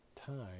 time